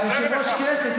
יושב-ראש הכנסת,